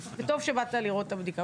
וטוב שבאת לראות את הבדיקה.